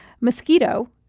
Mosquito